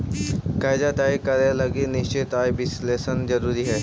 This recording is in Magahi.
कर्जा तय करे लगी निश्चित आय विश्लेषण जरुरी हई